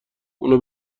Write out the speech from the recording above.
اونو